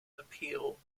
appeal